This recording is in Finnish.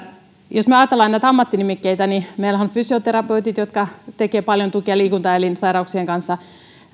jos me ajattelemme näitä ammattinimikkeitä niin meillähän on fysioterapeutit jotka tekevät paljon tuki ja liikuntaelinsairauksien kanssa